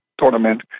tournament